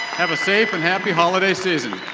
have a safe and happy holiday season,